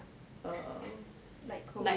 err like korean